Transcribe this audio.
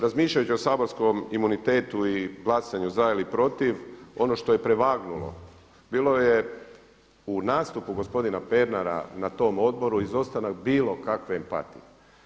Razmišljajući o saborskom imunitetu i glasanju za ili protiv ono što je prevagnulo bilo je u nastupu gospodina Pernara na tom odboru izostanak bilo kakve empatije.